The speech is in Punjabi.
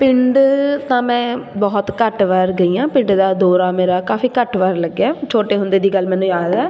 ਪਿੰਡ ਤਾਂ ਮੈਂ ਬਹੁਤ ਘੱਟ ਵਾਰ ਗਈ ਹਾਂ ਪਿੰਡ ਦਾ ਦੌਰਾ ਮੇਰਾ ਕਾਫੀ ਘੱਟ ਵਾਰ ਲੱਗਿਆ ਛੋਟੇ ਹੁੰਦੇ ਦੀ ਗੱਲ ਮੈਨੂੰ ਯਾਦ ਹੈ